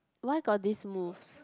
why got this moves